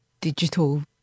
digital